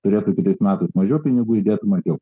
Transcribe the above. turėtų kitais metais mažiau pinigų įdėtų mažiau